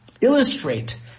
illustrate